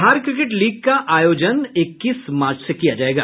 Bihar cricket league का आयोजन इक्कीस मार्च से किया जायेगा